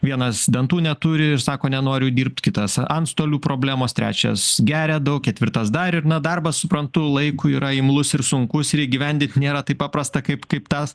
vienas dantų neturi ir sako nenoriu dirbt kitas antstolių problemos trečias geria daug ketvirtas dar ir na darbas suprantu laikui yra imlus ir sunkus ir įgyvendint nėra taip paprasta kaip kaip tą